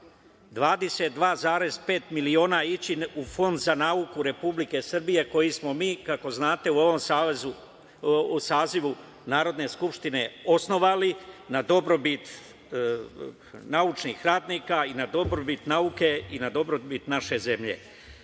22,5 miliona ići u Fondu za nauku Republike Srbije, koji smo mi, kako znate, u ovom sazivu Narodne skupštine osnovali na dobrobit naučnih radnika i na dobrobit nauke i na dobrobit naše zemlje,